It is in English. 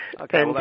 Okay